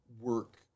work